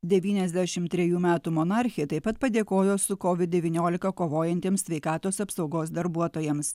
devyniasdešim trejų metų monarchė taip pat padėkojo su covid devyniolika kovojantiems sveikatos apsaugos darbuotojams